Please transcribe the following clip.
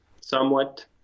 somewhat